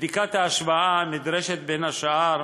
בדיקת ההשוואה נדרשת, בין השאר,